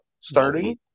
starting